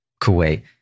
Kuwait